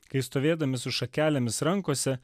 kai stovėdami su šakelėmis rankose